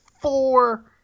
four